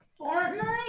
Fortnite